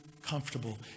Comfortable